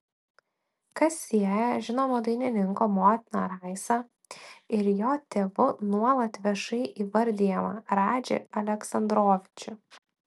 kas sieja žinomo dainininko motiną raisą ir jo tėvu nuolat viešai įvardijamą radžį aleksandrovičių